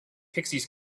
pixies